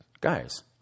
guys